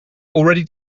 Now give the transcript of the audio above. already